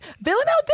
Villanelle